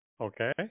Okay